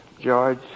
George